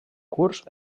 curs